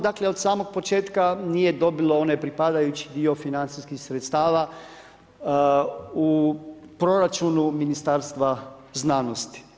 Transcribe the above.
Dakle, od samog početka nije dobilo onaj pripadajući dio financijskih sredstava u proračunu Ministarstva znanosti.